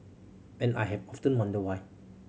and I have often wondered why